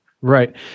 Right